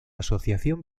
asociación